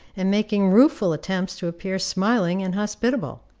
and making rueful attempts to appear smiling and hospitable.